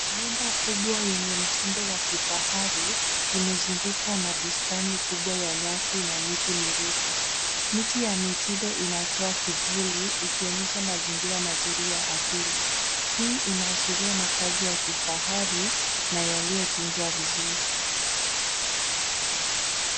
Nyumba kubwa yenye mtindo wa kifahari imezungukwa na bustani kubwa ya nyasi na miti mirefu. Miti ya mitindo inatoa kivuli, ikionyesha mazingira mazuri ya asili. Hii inaashiria makaazi ya kifahari na yaliyotunzwa vizuri.